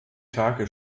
tage